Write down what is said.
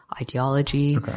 ideology